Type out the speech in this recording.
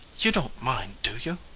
you don't mind, do you?